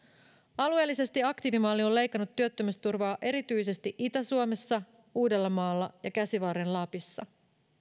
alueellisesti aktiivimalli on leikannut työttömyysturvaa erityisesti itä suomessa uudellamaalla ja käsivarren lapissa